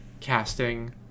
casting